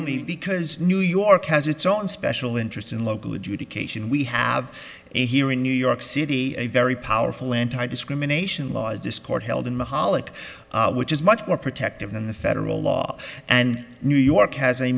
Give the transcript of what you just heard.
my because new york has its own special interest in local adjudication we have a here in new york city a very powerful anti discrimination laws this court held in the holic which is much more protective than the federal law and new york has a